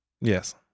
Yes